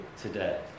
today